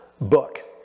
book